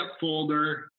folder